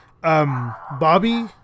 Bobby